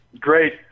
Great